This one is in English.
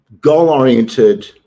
goal-oriented